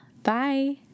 Bye